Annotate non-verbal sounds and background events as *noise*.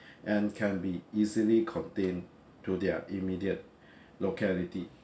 and can be easily contain to their immediate *breath* locality